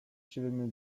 siwymi